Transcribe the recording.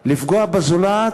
לפגוע בזולת